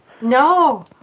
No